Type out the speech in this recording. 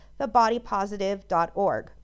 thebodypositive.org